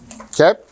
Okay